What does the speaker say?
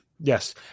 Yes